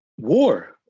war